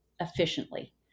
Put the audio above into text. efficiently